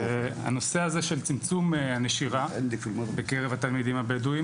הנושא הזה של צמצום הנשירה בקרב התלמידים הבדואים,